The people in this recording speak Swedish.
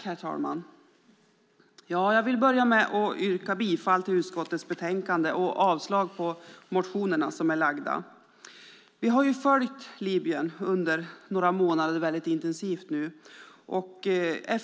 Herr talman! Jag vill börja med att yrka bifall till förslaget i utskottets betänkande och avslag på motionerna. Vi har nu följt Libyen väldigt intensivt under några månader.